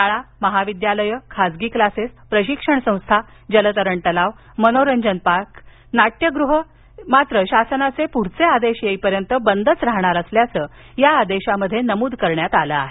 शाळा महाविद्यालयं खासगी क्लासेस प्रशिक्षण संस्था जलतरण तलाव मनोरंजन पार्क नाट्यगृह मत्र शासनाचे पुढील आदेश येईपर्यंत बंदच राहणार असल्याचं या आदेशात नमुद करण्यात आले आहे